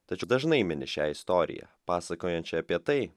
tačiau dažnai mini šią istoriją pasakojančią apie tai